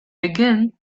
begin